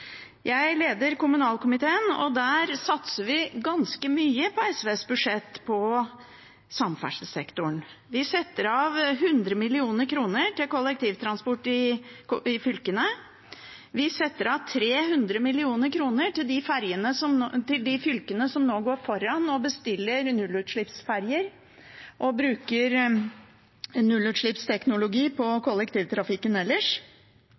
Jeg leder kommunalkomiteen, og der satser vi ganske mye på SVs budsjett på samferdselssektoren. Vi setter av 100 mill. kr til kollektivtransport i fylkene. Vi setter av 300 mill. kr til de fylkene som nå går foran og bestiller nullutslippsferjer og bruker nullutslippsteknologi på kollektivtrafikken ellers.